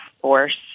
force